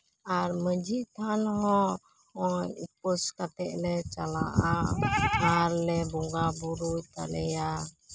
ᱟᱨ ᱢᱟᱹᱡᱷᱤ ᱛᱷᱟᱱ ᱦᱚᱸ ᱩᱯᱟᱹᱥ ᱠᱟᱛᱮ ᱞᱮ ᱪᱟᱞᱟᱜᱼᱟ ᱟᱨᱞᱮ ᱵᱚᱸᱜᱟᱼᱵᱳᱨᱳᱭ ᱛᱟᱞᱮᱭᱟ